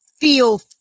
feel